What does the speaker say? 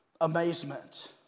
amazement